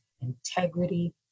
integrity